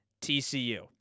TCU